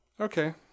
Okay